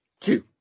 two